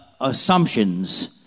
assumptions